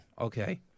okay